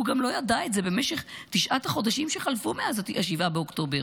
הוא גם לא ידע את זה במשך תשעת החודשים שחלפו מאז 7 באוקטובר.